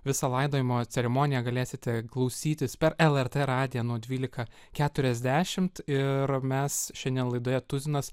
visą laidojimo ceremoniją galėsite klausytis per lrt radiją nuo dvylika keturiasdešimt ir mes šiandien laidoje tuzinas